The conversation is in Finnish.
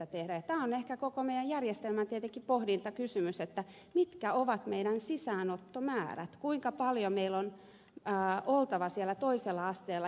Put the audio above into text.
tämä on ehkä koko meidän järjestelmässämme tietenkin pohdintakysymys mitkä ovat meidän sisäänottomäärämme kuinka paljon meillä on oltava siellä toisella asteella